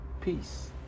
peace